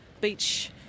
beach